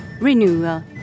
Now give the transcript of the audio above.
renewal